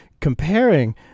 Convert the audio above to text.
comparing